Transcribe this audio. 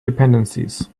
dependencies